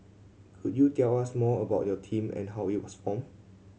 could you tell us more about your team and how it was formed